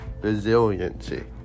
resiliency